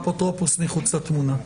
האפוטרופוס מחוץ לתמונה.